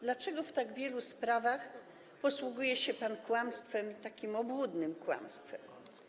Dlaczego w tak wielu sprawach posługuje się pan kłamstwem, takim obłudnym kłamstwem?